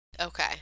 Okay